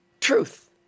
truth